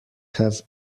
have